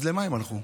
אז למה הם הלכו?